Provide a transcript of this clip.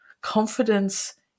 Confidence